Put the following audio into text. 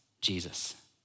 Jesus